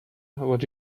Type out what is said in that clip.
what